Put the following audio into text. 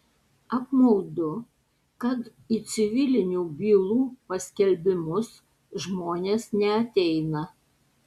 apmaudu kad į civilinių bylų paskelbimus žmonės neateina